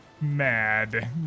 Mad